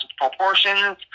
proportions